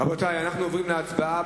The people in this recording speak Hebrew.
רבותי, אנו עוברים להצבעה.